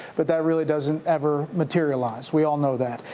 but that really doesn't ever materialize. we all know that.